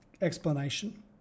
explanation